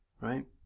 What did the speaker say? Right